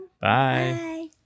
Bye